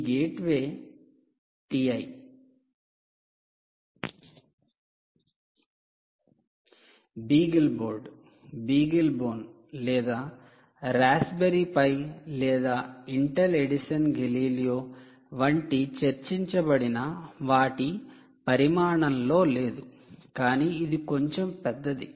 ఈ gateway 'TI' 'BeagleBoard ' 'BeagleBone' లేదా 'Raspberry Pi' లేదా 'Intel Edison Galileo Intel Edison Galileo" వంటి చర్చించబడిన వాటి పరిమాణం లో లేదు కానీ ఇది కొంచెం పెద్దది